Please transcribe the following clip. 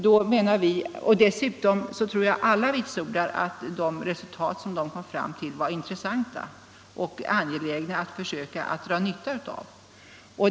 Dessutom tror jag att alla vitsordar att de resultat man kom fram till var intressanta och att det är angeläget att dra nytta av dem.